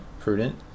prudent